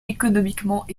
économiquement